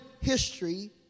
history